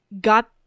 got